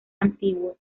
antiguos